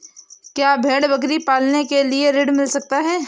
क्या भेड़ बकरी पालने के लिए ऋण मिल सकता है?